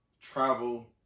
travel